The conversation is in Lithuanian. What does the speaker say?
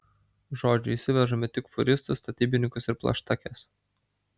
žodžiu įsivežame tik fūristus statybininkus ir plaštakes